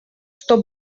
что